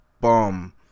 bum